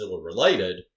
related